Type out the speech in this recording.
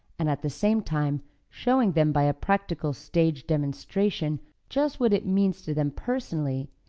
and at the same time showing them by a practical stage demonstration just what it means to them personally,